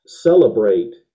celebrate